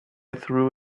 threw